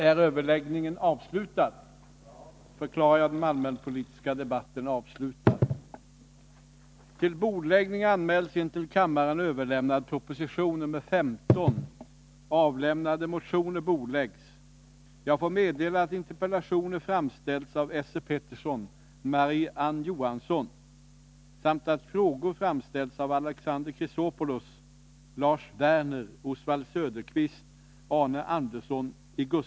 Ett erkännande av oppositionsfronten FD R/FMLN är en förutsättning för att fredssamtal skall kunna inledas i El Salvador. Regeringen uttalade i regeringsdeklarationen klart sin inställning till konflikten i El Salvador och uttalade kritik mot det amerikanska militärstödet till juntan. Utrikesministern har dessutom vid ett par tillfällen tagit emot oppositionsfrontens ledare Guillermo Ungo.